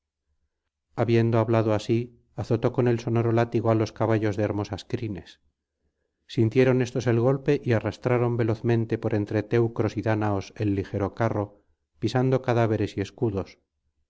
habiendo hablado así azotó con el sonoro látigo á los caballos de hermosas crines sintieron éstos el golpe y arrastraron velozmente por entre teucros y dáñaos el ligero carro pisando cadáveres y escudos